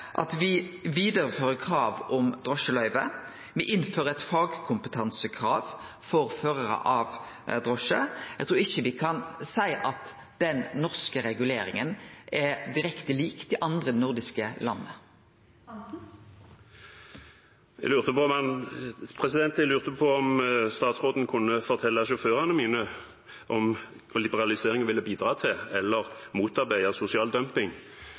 at me vidarefører krav om drosjeløyve. Me innfører eit fagkomptansekrav for førarar av drosje. Eg trur ikkje me kan seie at den norske reguleringa er direkte lik den dei har i dei andre nordiske landa. Øystein Langholm Hansen – til oppfølgingsspørsmål. Jeg lurte på om statsråden kunne fortelle sjåførene mine om liberaliseringen ville bidra til eller motarbeide sosial dumping.